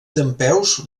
dempeus